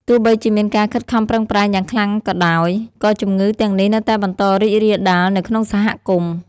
ទោះបីជាមានការខិតខំប្រឹងប្រែងយ៉ាងខ្លាំងក៏ដោយ ក៏ជំងឺទាំងនេះនៅតែបន្តរីករាលដាលនៅក្នុងសហគមន៍។